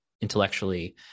intellectually